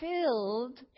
filled